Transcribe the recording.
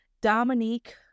Dominique